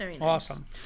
Awesome